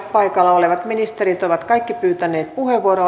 paikalla olevat ministerit ovat kaikki pyytäneet puheenvuoroa